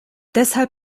deshalb